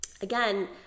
again